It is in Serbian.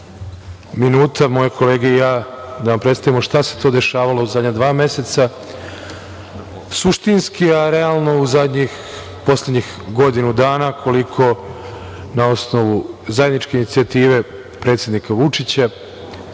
minuta, moje kolege i ja da vam predstavimo šta se to dešavalo u zadnja dva meseca, suštinski, a realno u poslednjih godinu dana, koliko na osnovu zajedničke inicijative predsednika Vučića,